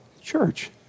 church